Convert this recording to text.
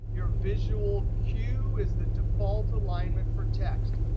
your visual cue is the default alignment for text.